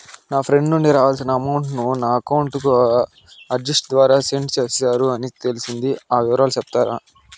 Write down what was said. నా ఫ్రెండ్ నుండి రావాల్సిన అమౌంట్ ను నా అకౌంట్ కు ఆర్టిజియస్ ద్వారా సెండ్ చేశారు అని తెలిసింది, ఆ వివరాలు సెప్తారా?